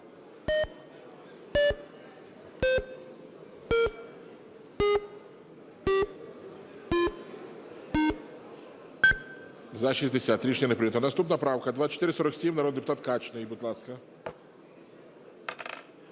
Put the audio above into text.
За-60 Рішення не прийнято. Наступна правка 2447, народний депутат Качний. Будь ласка.